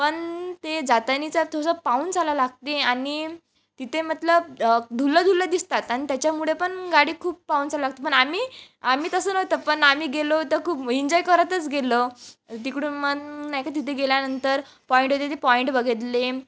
पण ते जातानाचा थोसा पाहून चालायला लागते आणि तिथे मतलब धुल्लं धुल्लं दिसतात आणि त्याच्यामुळे पण गाडी खूप पाहून चालायला लागते पण आम्ही आम्ही तसं नव्हतं पण आम्ही गेलो होतो तर खूप इंजॉय करतच गेलो तिकडून मन नाही का तिथे गेल्यानंतर पॉईंट होते ते पॉईंट बघितले